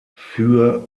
für